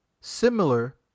similar